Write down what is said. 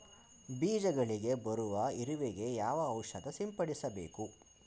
ಬೀಜಗಳಿಗೆ ಬರುವ ಇರುವೆ ಗೆ ಯಾವ ಔಷಧ ಸಿಂಪಡಿಸಬೇಕು?